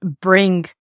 bring